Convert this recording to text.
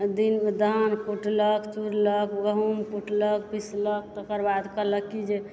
दिनमे धान कुटलक चुड़लक गहूँम कुटलक पिसलक तकर बाद कहलक कि जे